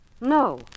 No